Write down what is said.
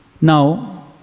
Now